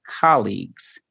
colleagues